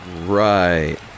Right